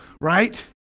right